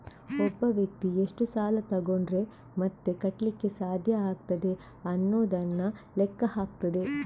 ಒಬ್ಬ ವ್ಯಕ್ತಿ ಎಷ್ಟು ಸಾಲ ತಗೊಂಡ್ರೆ ಮತ್ತೆ ಕಟ್ಲಿಕ್ಕೆ ಸಾಧ್ಯ ಆಗ್ತದೆ ಅನ್ನುದನ್ನ ಲೆಕ್ಕ ಹಾಕ್ತದೆ